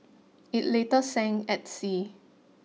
it later sank at sea